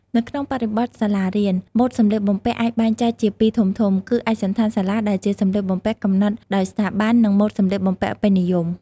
នៅក្នុងបរិបទសាលារៀន ម៉ូដសម្លៀកបំពាក់អាចបែងចែកជាពីរធំៗ គឺឯកសណ្ឋានសាលាដែលជាសម្លៀកបំពាក់កំណត់ដោយស្ថាប័ន និងម៉ូដសម្លៀកបំពាក់ពេញនិយម។